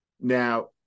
Now